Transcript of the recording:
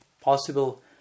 possible